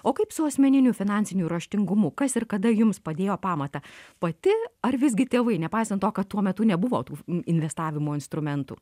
o kaip su asmeniniu finansiniu raštingumu kas ir kada jums padėjo pamatą pati ar visgi tėvai nepaisant to kad tuo metu nebuvo tų investavimo instrumentų